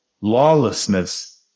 Lawlessness